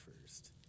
first